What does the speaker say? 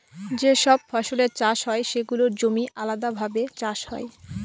যে সব ফসলের চাষ হয় সেগুলোর জমি আলাদাভাবে চাষ হয়